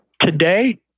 today